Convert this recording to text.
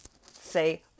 say